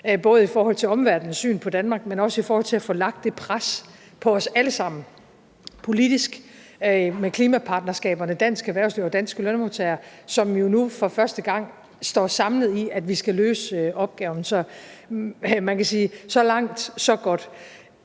både i forhold til omverdenens syn på Danmark, men også i forhold til at få lagt det pres på os alle sammen politisk med klimapartnerskaberne med dansk erhvervsliv og danske lønmodtagere, som jo nu for første gang står samlet om at løse opgaven. Man kan sige: